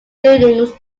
buildings